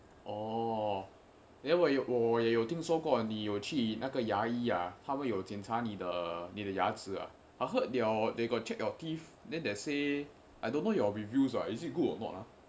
orh then 我也有听说过你有去那个牙医啊他会有检查你的你的牙齿啊 I heard your they got check your teeth then they say I don't know your reviews ah is it good or not ah